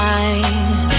eyes